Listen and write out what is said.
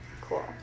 Cool